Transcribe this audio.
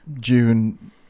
June